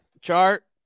chart